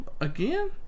Again